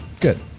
good